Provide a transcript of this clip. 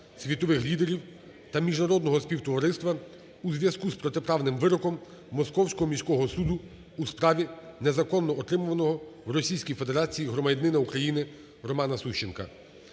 світових лідерів та міжнародного співтовариства у зв'язку з протиправним вироком Московського міського суду у справі незаконно утриманого в Російській Федерації громадянина Україна Романа Сущенка.